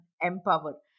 empower